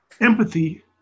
empathy